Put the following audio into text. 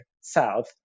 south